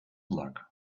luck